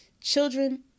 children